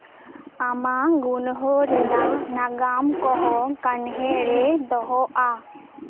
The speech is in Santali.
ᱟᱢᱟᱜ ᱜᱩᱱᱦᱟᱹ ᱨᱮᱱᱟᱜ ᱱᱟᱜᱟᱢ ᱠᱚᱦᱚᱸ ᱠᱟᱱᱦᱮᱲ ᱨᱮ ᱫᱚᱦᱚᱜᱼᱟ